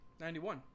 91